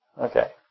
Okay